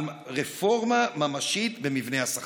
לרפורמה ממשית במבנה השכר?